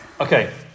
Okay